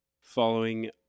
following